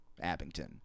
Abington